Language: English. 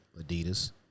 Adidas